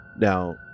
Now